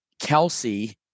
Kelsey